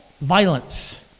Violence